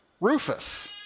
Rufus